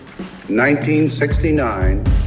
1969